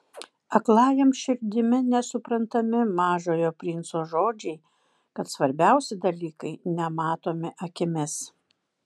aklajam širdimi nesuprantami mažojo princo žodžiai kad svarbiausi dalykai nematomi akimis